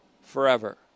forever